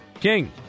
King